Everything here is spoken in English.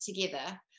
together